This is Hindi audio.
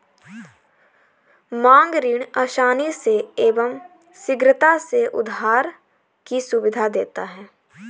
मांग ऋण आसानी एवं शीघ्रता से उधार की सुविधा देता है